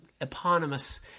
eponymous